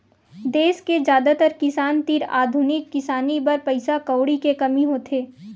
देस के जादातर किसान तीर आधुनिक किसानी बर पइसा कउड़ी के कमी होथे